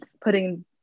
putting